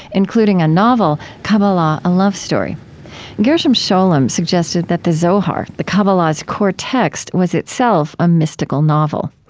including a novel, kabbalah a love story gershom scholem suggested that the zohar, the kabbalah's core text, was itself a mystical novel.